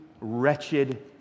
wretched